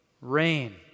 rain